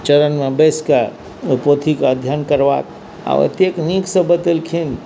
चरण मे बैस के ओहि पोथी के अध्ययन करबाक आ एतेक नीकसँ बतेलखिन